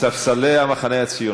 ספסלי המחנה הציוני,